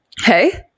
Hey